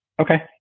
okay